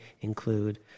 include